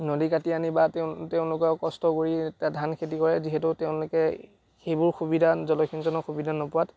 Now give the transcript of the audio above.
নদী কাটি আনি বা তেওঁ তেওঁলোকে কষ্ট কৰি তেতিয়া ধান খেতি কৰে যিহেতু তেওঁলোকে সেইবোৰ সুবিধা জলসিঞ্চনৰ সুবিধা নোপোৱাত